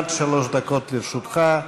עד שלוש דקות לרשותך,